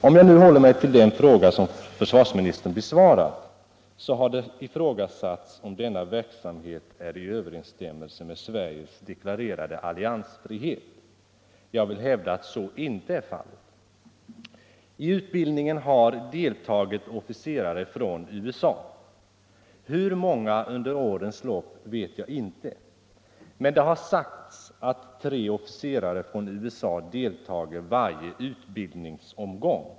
Om jag nu håller mig till den fråga som försvarsministern besvarat, har det ifrågasatts om denna verksamhet är i överensstämmelse med Sveriges deklarerade alliansfrihet. Jag vill hävda att så inte är fallet. I utbildningen har deltagit officerare från USA — hur många under årens lopp vet jag inte. Men det har sagts att tre officerare från USA deltager i varje utbildningsomgång.